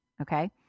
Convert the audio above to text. okay